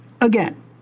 again